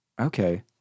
Okay